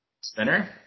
Spinner